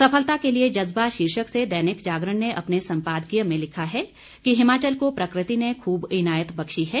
सफलता के लिए जज्बा शीर्षक से दैनिक जागरण ने अपने संपादकीय में लिखा है हिमाचल को प्रकृति ने खूब इनायत बख्शी है